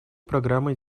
программы